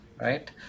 right